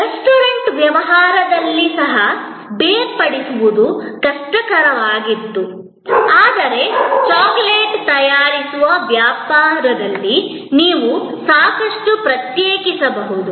restaurant ವ್ಯವಹಾರದಲ್ಲಿ ಸಹ ಬೇರ್ಪಡಿಸುವುದು ಕಷ್ಟಕರವಾಗಿತ್ತು ಆದರೆ ಚಾಕೊಲೇಟ್ ತಯಾರಿಸುವ ವ್ಯವಹಾರದಲ್ಲಿ ನೀವು ಸಾಕಷ್ಟು ಪ್ರತ್ಯೇಕಿಸಬಹುದು